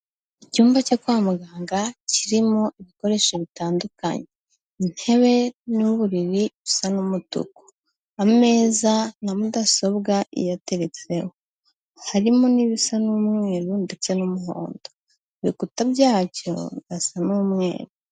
Icyumba cyo kwa muganga kirimo ibikoresho bitandukanye, intebe n'uburibiri busa n'umutuku, ameza na mudasobwa iyateretseho harimo n'ibisa n'umweru ndetse n'umuhondo, ibikuta byacyo birasa n'umweru.